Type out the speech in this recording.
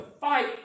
fight